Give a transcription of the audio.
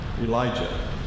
elijah